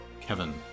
Kevin